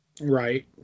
Right